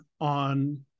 on